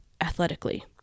athletically